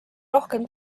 rohkem